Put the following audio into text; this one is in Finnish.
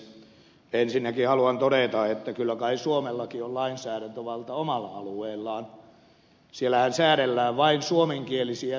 ensinnäkin haluan todeta että kyllä kai suomellakin on lainsäädäntövalta omalla alueellaan siellähän säädellään vain suomenkielisiä sivuja